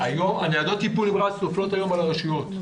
ניידות טיפול נמרץ נופלות היום על הרשויות.